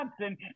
Johnson